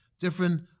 different